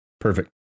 perfect